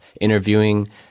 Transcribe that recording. interviewing